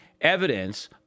evidence